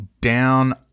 down